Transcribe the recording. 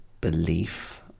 belief